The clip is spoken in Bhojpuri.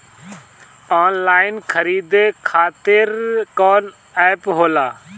आनलाइन खरीदे खातीर कौन एप होला?